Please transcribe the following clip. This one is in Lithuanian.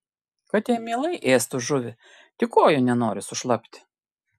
katė mielai ėstų žuvį tik kojų nenori sušlapti